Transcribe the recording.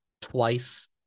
twice